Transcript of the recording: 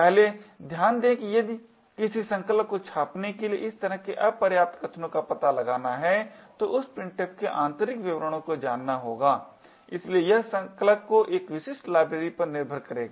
पहले ध्यान दें कि यदि किसी संकलक को छापने के लिए इस तरह के अपर्याप्त कथनों का पता लगाना है तो उसे printf के आंतरिक विवरणों को जानना होगा इसलिए यह संकलक को एक विशिष्ट लाइब्रेरी पर निर्भर करेगा